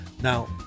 Now